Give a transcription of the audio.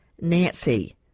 nancy